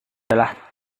adalah